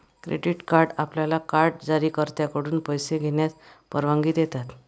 credit card आपल्याला card जारीकर्त्याकडून पैसे घेण्यास परवानगी देतात